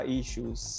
issues